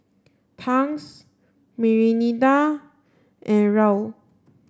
Tangs Mirinda and Raoul